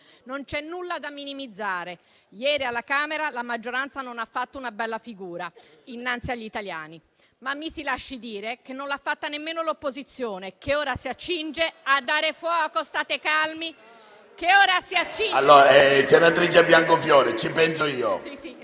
non c'è nulla da minimizzare: ieri alla Camera la maggioranza non ha fatto una bella figura innanzi agli italiani. Ma mi si lasci dire che non l'ha fatta nemmeno l'opposizione, che ora si accinge a dare fuoco... *(Commenti).* State calmi. PRESIDENTE.Senatrice Biancofiore, ci penso io. Vi